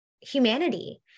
humanity